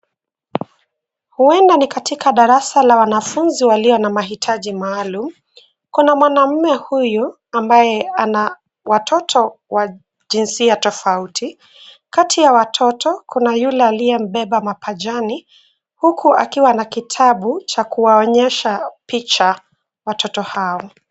Huenda ni katika darasa la wanafunzi walio na mahitaji maalumu. Kuna mwanaume huyu ambaye ana watoto wa jinsia tofauti. Kati ya watoto, kuna yule aliyembeba mapajani, huku akiwa na kitabu cha kuwaonyesha picha, watoto hao.